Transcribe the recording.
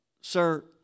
sir